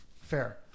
Fair